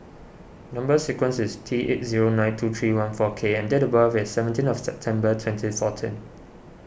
Number Sequence is T eight zero nine two three one four K and date of birth is seventeen of September twenty fourteen